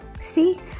See